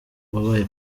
wabaye